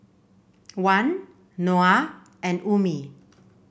Wan Noah and Ummi